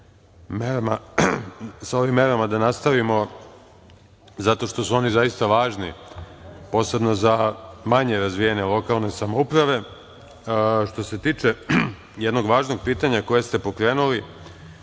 sa ovim merama da nastavimo zato što su one zaista važne, posebno za manje razvijene lokalne samouprave. Što se tiče jednog važnog pitanja koje ste pokrenuli,